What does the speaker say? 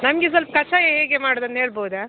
ನಮಗೆ ಸ್ವಲ್ಪ ಕಷಾಯ ಹೇಗೆ ಮಾಡೋದಂತ ಹೇಳ್ಬೌದಾ